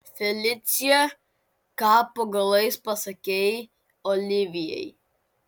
felicija ką po galais pasakei olivijai